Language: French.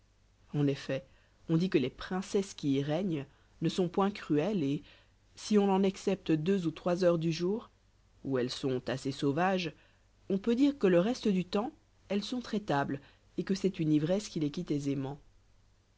en effet on dit que les princesses qui y règnent ne sont point cruelles et si on excepte deux ou trois heures par jour où elles sont assez sauvages on peut dire que le reste du temps elles sont traitables et que c'est une ivresse qui les quitte aisément